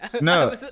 No